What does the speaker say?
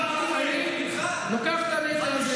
אבל למה, את החברה הערבית?